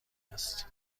است